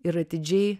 ir atidžiai